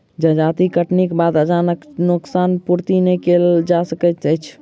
जजाति कटनीक बाद अनाजक नोकसान पूर्ति नै कयल जा सकैत अछि